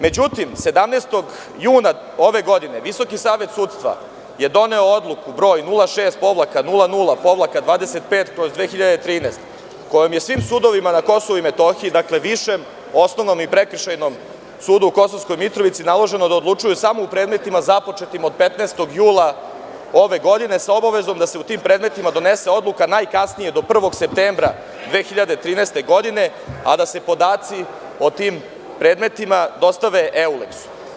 Međutim, 17. juna ove godine VSS, je doneo odluku broj 06-00-25/2013, kojom je svim sudovima na KiM, dakle Višem, Osnovnom i Prekršajnom sudu u Kosovskoj Mitrovici, naloženo da odlučuje samo u predmetima, započetim od 15. jula ove godine, sa obavezom da se u tim predmetima donese odluka najkasnije do 1. septembra 2013. godine, a da se podaci o tim predmetima dostave Euleksu.